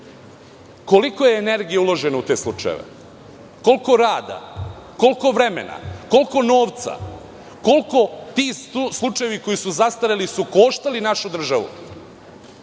je energije uloženo u te slučajeve? Koliko rada? Koliko vremena? Koliko novca? Koliko su ti slučajevi koji su zastareli koštali našu državu?